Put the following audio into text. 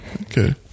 okay